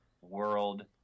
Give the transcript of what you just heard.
world